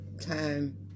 time